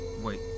Wait